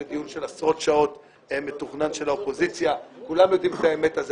זה דיון מתוכנן של האופוזיציה של עשרות שעות.